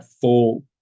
full